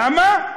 למה?